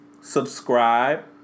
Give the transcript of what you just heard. subscribe